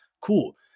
cool